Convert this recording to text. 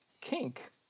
kink